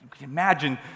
Imagine